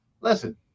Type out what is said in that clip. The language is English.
listen